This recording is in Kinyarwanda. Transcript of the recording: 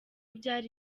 byari